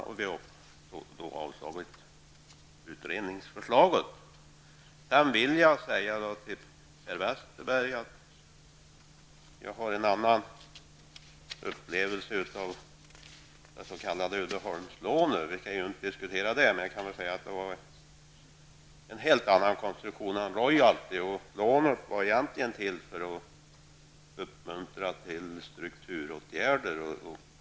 Vi har också avstyrkt utredningsförslaget. Till Per Westerberg vill jag säga att jag har en annan upplevelse av det s.k. Uddeholmslånet. Vi skall inte diskutera det, men jag kan säga att det hade en helt annan konstruktion än royalty. Lånet var egentligen till för att uppmuntra strukturåtgärder.